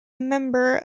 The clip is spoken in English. member